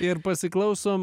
ir pasiklausom